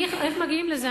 איך מגיעים לזה,